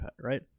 right